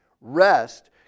Rest